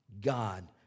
God